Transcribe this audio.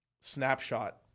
snapshot